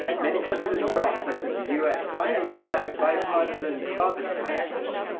many countries in the west, such as the us, finally passed bipartisan carbon taxes,